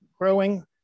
growing